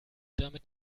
damit